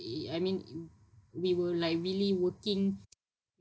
err I mean eh we were like really working